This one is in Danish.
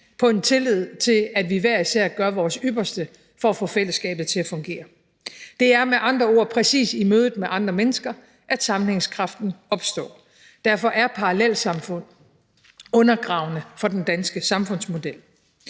på en tillid til, at vi hver især gør vores ypperste for at få fællesskabet til at fungere. Det er med andre ord præcis i mødet med andre mennesker, at sammenhængskraften opstår. Derfor er parallelsamfund undergravende for den danske samfundsmodel.